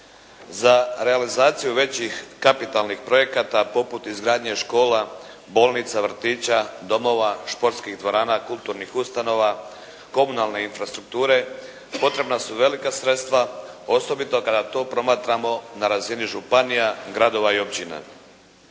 Za realizaciju većih kapitalnih projekata poput izgradnje škola, bolnica, vrtića, domova, športskih dvorana, kulturnih ustanova, komunalne infrastrukture potrebna su velika sredstva osobito kada to promatramo na razini županija, gradova i općina.